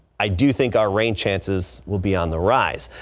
i do think our rain chances will be on the rise.